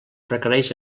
requereix